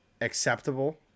acceptable